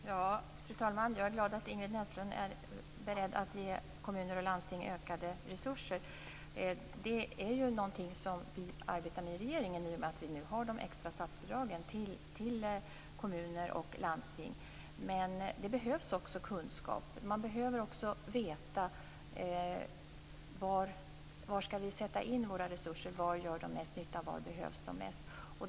Fru talman! Jag är glad att Ingrid Näslund är beredd att ge kommuner och landsting ökade resurser. Det är någonting som vi arbetar med i regeringen i och med att vi nu har de extra statsbidragen till kommuner och landsting. Men det behövs också kunskap. Man behöver veta var resurserna skall sättas in, var de gör mest nytta och var de behövs mest.